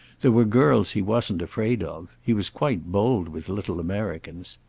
there were girls he wasn't afraid of he was quite bold with little americans.